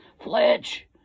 Fletch